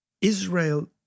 Israel